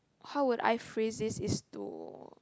how would I phrase this is to